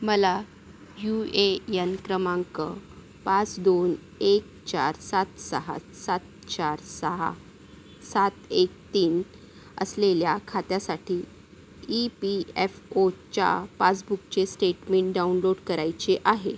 मला U A N क्रमांक पाच दोन एक चार सात साहा सात चार सहा सात एक तीन असलेल्या खात्यासाठी ई पी एफ ओच्या पासबुकचे स्टेटमेंट डाउनलोड करायचे आहे